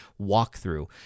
walkthrough